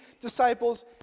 disciples